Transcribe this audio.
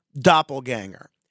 doppelganger